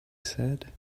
said